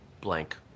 blank